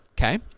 okay